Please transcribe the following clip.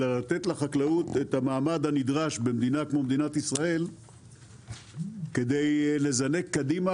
אלא לתת לחקלאות את המעמד הנדרש במדינה כמו מדינת ישראל כדי לזנק קדימה,